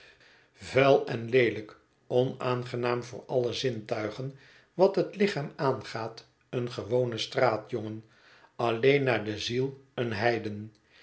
vuil en leelijk onaangenaam voor alle zintuigen wat het lichaam aangaat een gewone straatjongen alleen naar de ziel een heiden